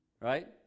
right